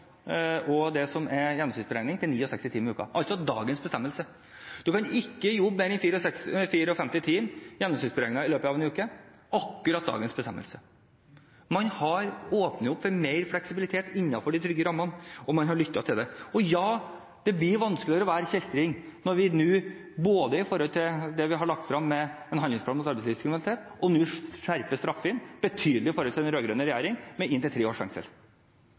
overtid og det med gjennomsnittsberegning, enn 69 timer i uken, altså dagens bestemmelse. Man kan ikke jobbe mer enn 54 timer gjennomsnittsberegnet i løpet av en uke, akkurat som dagens bestemmelse. Man åpner opp for mer fleksibilitet innenfor de trygge rammene, og man har lyttet til det. Ja, det blir vanskeligere å være kjeltring når vi nå både har lagt frem en handlingsplan mot arbeidslivskriminalitet og skjerper straffene betydelig i forhold til den rød-grønne regjeringen, med inntil tre års fengsel.